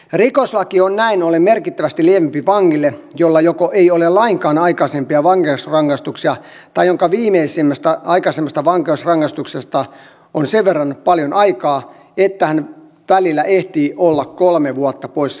rikoslaki on näin ollen merkittävästi lievempi vangille jolla joko ei ole lainkaan aikaisempia vankeusrangaistuksia tai jonka viimeisimmästä vankeusrangaistuksesta on sen verran paljon aikaa että hän välillä ehtii olla kolme vuotta poissa vankilassa